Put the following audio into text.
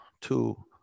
two